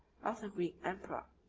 of the greek emperor.